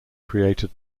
created